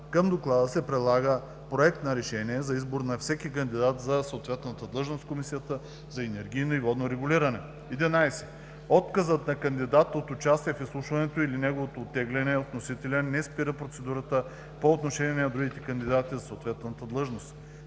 Към доклада се прилага проект на решение за избор на всеки кандидат за съответната длъжност в Комисията за енергийно и водно регулиране. 11. Отказът на кандидат от участие в изслушването или неговото оттегляне от вносителя не спира процедурата по отношение на другите кандидати за съответната длъжност.